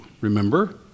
Remember